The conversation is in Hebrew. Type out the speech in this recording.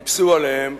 טיפסו עליהם